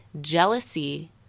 jealousy